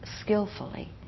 skillfully